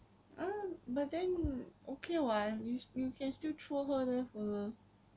uh but then okay what you you can still throw her there for the